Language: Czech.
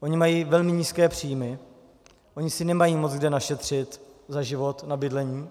Ony mají velmi nízké příjmy, ony si nemají moc kde našetřit za život na bydlení,